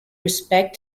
respect